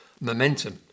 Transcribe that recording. Momentum